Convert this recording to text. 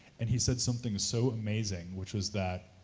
and he said something so amazing, which is that,